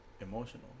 emotional